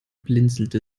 blinzelte